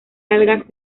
algas